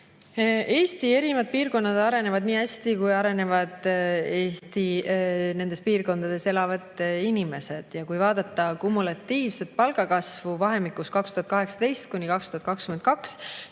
Eesti erinevad piirkonnad arenevad nii hästi, kui arenevad nendes piirkondades elavad inimesed. Ja kui vaadata kumulatiivset palgakasvu vahemikus 2018–2022,